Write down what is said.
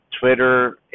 Twitter